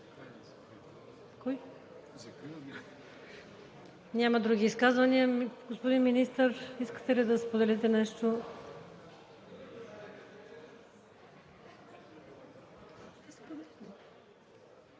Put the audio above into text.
ли? Други изказвания? Няма. Господин Министър, искате ли да споделите нещо?